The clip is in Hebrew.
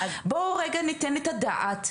בואו רגע ניתן את הדעת.